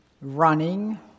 running